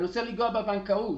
אני רוצה ליגוע בבנקאות.